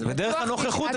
דרך הנוכחות השפעתי.